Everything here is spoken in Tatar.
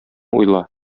уйла